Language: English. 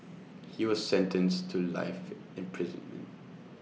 he was sentenced to life imprisonment